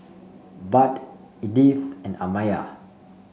Budd Edythe and Amaya